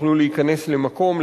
יוכלו להיכנס למקום,